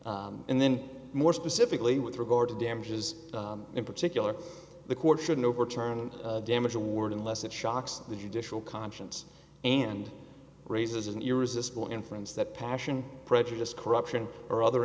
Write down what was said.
and then more specifically with regard to damages in particular the court shouldn't overturn the damage award unless it shocks the judicial conscience and raises an irresistible inference that passion prejudice corruption or other